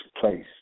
place